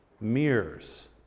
mirrors